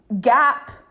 gap